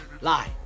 Lie